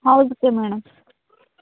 హౌస్కు madam